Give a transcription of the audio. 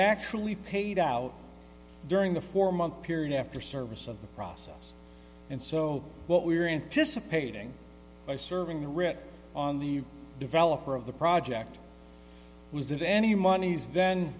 actually paid out during the four month period after service of the process and so what we were anticipating by serving the rich on the developer of the project was that any monies then